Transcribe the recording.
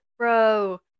Bro